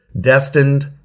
destined